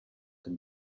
can